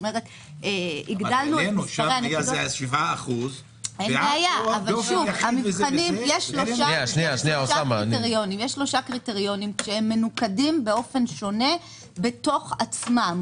שם זה היה 7%. יש שלושה קריטריונים שמנוקדים באופן שונה בתוך עצמם,